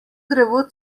drevo